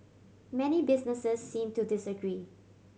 many businesses seem to disagree